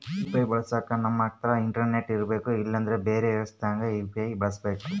UPI ಬಳಸಕ ನಮ್ತಕ internet ಇರರ್ಬೆಕು ಇಲ್ಲಂದ್ರ ಬೆರೆ ವ್ಯವಸ್ಥೆಗ ಯು.ಪಿ.ಐ ಬಳಸಬಕು